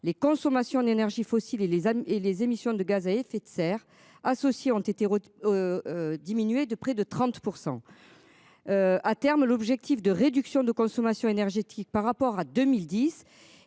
les consommations d'énergies fossiles et les hommes et les émissions de gaz à effet de serre associés ont été. Diminué de près de 30%. À terme, l'objectif de réduction de consommation énergétique par rapport à 2010